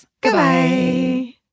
Goodbye